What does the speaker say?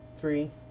three